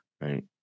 right